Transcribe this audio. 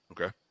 okay